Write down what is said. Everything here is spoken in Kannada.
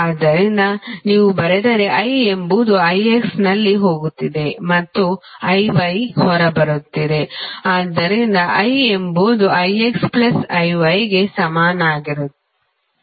ಆದ್ದರಿಂದ ನೀವು ಬರೆದರೆ I ಎಂಬುದು IXನಲ್ಲಿ ಹೋಗುತ್ತಿದೆ ಮತ್ತು IY ಹೊರಬರುತ್ತಿದೆ ಆದ್ದರಿಂದ I ಎಂಬುದು IXIYಗೆ ಸಮನಾಗಿರುತ್ತದೆ